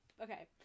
okay